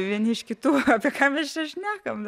vieni iš kitų apie ką mes čia šnekame